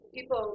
People